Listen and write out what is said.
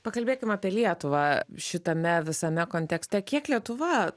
pakalbėkim apie lietuvą šitame visame kontekste kiek lietuva